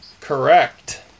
Correct